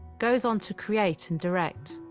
goes on to create and direct.